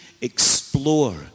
explore